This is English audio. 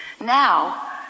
now